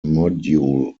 module